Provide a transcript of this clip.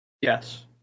Yes